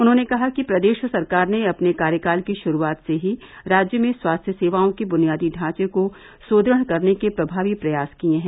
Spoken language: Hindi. उन्होंने कहा कि प्रदेश सरकार ने अपने कार्यकाल की शुरूआत से ही राज्य में स्वास्थ्य सेवाओं के बुनियादी ढांचे को सुड़ढ़ करने के प्रभावी प्रयास किए हैं